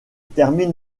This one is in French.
termine